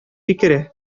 фикере